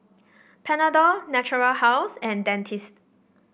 Panadol Natura House and Dentiste